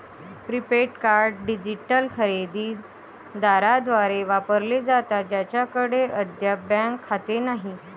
prepaid card digital खरेदी दारांद्वारे वापरले जातात ज्यांच्याकडे अद्याप बँक खाते नाही